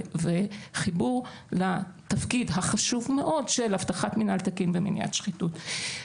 וחיבור לתפקיד החשוב מאוד של הבטחת מינהל תקין במניעת שחיתות.